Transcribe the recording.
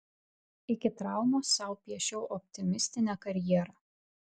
iki traumos sau piešiau optimistinę karjerą